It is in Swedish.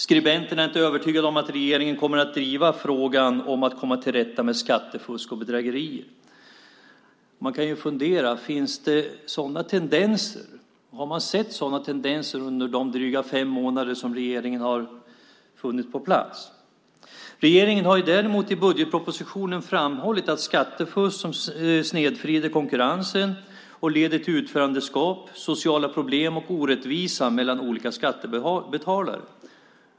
Skribenten är inte övertygad om att regeringen kommer att driva frågan om att komma till rätta med skattefusk och bedrägerier. Man kan ju fundera över om man har sett sådana tendenser under de drygt fem månader som regeringen har funnits på plats. Regeringen har däremot i budgetpropositionen framhållit att skattefusk som snedvrider konkurrensen och leder till utanförskap, sociala problem och orättvisa mellan olika skattebetalare ska bekämpas.